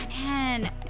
man